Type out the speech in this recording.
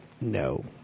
No